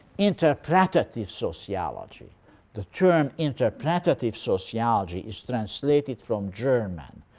interpretative sociology the term interpretative sociology is translated from german.